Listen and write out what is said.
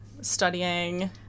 studying